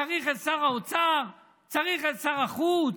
שצריך את שר האוצר ואת שר החוץ?